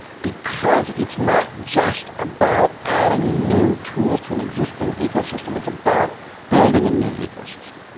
because it's not just about adding new tools to an existing ecosystem, it's about building a new ecosystem.